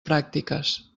pràctiques